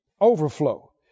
Overflow